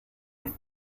with